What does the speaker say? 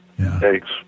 Thanks